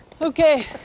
Okay